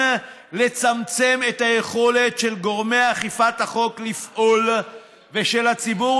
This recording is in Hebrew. לצמצם את היכולת של גורמי אכיפת החוק לפעול ושל הציבור